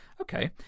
Okay